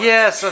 Yes